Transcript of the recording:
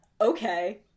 okay